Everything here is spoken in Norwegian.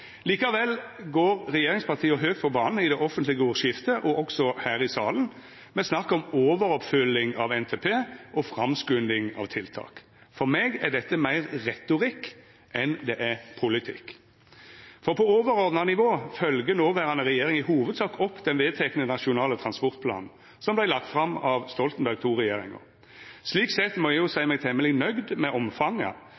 Likevel går regjeringspartia høgt på banen i det offentlege ordskiftet, også her i salen, med snakk om overoppfylling av NTP og framskunding av tiltak. For meg er dette meir retorikk enn politikk, for på overordna nivå følgjer den noverande regjeringa i hovudsak opp den vedtekne nasjonale transportplanen, som vart lagd fram av Stoltenberg II-regjeringa. Slik sett må eg